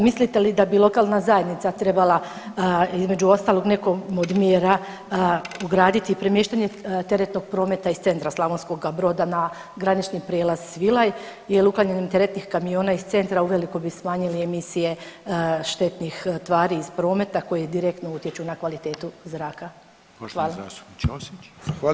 Mislite li da bi lokalna zajednica trebala između ostalog nekom od mjera ugraditi premještanje teretnog prometa iz centra Slavonskoga Broda na granični prijelaz Svilaj jel uklanjanjem teretnih kamiona iz centra uveliko bi smanjili emisije štetnih tvari iz prometa koje direktno utječu na kvalitetu zraka?